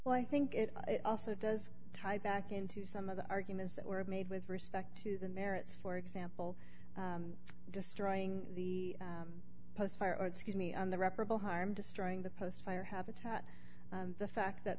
well i think it also does type back into some of the arguments that were made with respect to the merits for example destroying the skinny on the reparable harm destroying the post fire habitat the fact that